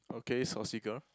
okay saucy girl